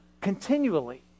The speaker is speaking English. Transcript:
continually